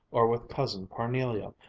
or with cousin parnelia,